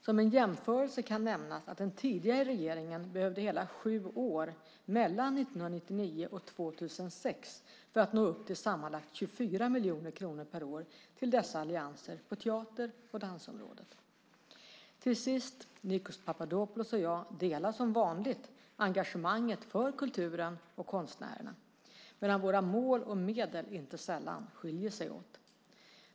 Som en jämförelse kan nämnas att den tidigare regeringen behövde hela sju år, åren 1999-2006, för att nå upp till sammanlagt 24 miljoner kronor per år till dessa allianser på teater och dansområdet. Till sist: Nikos Papadopoulos och jag delar som vanligt engagemanget för kulturen och konstnärerna, medan våra mål och medel inte sällan skiljer sig åt.